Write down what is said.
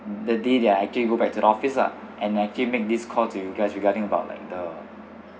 the day that I actually go back to the office ah and I actually make this call to you guys regarding about like the